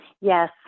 Yes